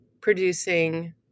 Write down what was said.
producing